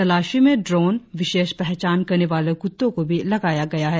तलाशी में ड्रोन विशेष पहचान करने वाले कुत्तों को भी लगाया गया है